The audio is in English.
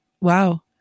Wow